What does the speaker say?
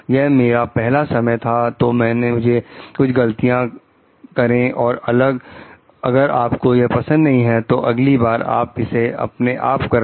यह मेरा पहला समय था तो मैंने कुछ गलतियां करें और अगर आपको यह पसंद नहीं है तो अगली बार आप इसे अपने आप कर ले